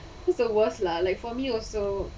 what's the worst lah like for me it was so